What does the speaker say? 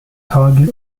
target